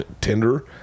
Tinder